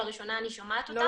לראשונה אני שומעת אותם.